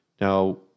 Now